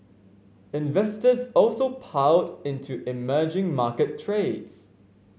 investors also piled into emerging market trades